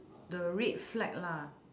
the red flag lah